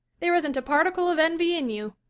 there isn't a particle of envy in you.